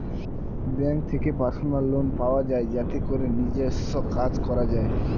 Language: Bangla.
ব্যাংক থেকে পার্সোনাল লোন পাওয়া যায় যাতে করে নিজস্ব কাজ করা যায়